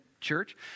church